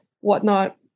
whatnot